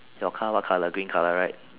your car what colour green colour right